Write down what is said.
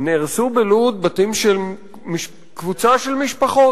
נהרסו בלוד בתים של קבוצה של משפחות.